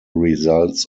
results